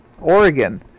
Oregon